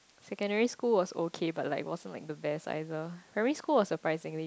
secondary school was okay but like wasn't like the best either primary school was surprisingly